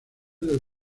del